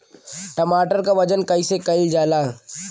टमाटर क वजन कईसे कईल जाला?